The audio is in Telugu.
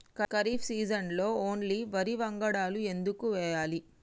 ఖరీఫ్ సీజన్లో ఓన్లీ వరి వంగడాలు ఎందుకు వేయాలి?